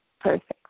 Perfect